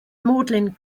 magdalene